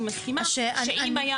אני מסכימה שאם הייתה